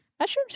Mushrooms